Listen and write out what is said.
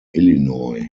illinois